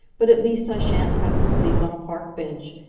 but at least i shan't have to sleep on a park bench,